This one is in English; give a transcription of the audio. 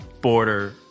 border